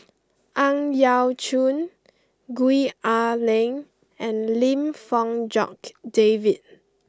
Ang Yau Choon Gwee Ah Leng and Lim Fong Jock David